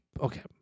okay